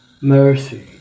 mercy